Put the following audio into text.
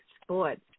sports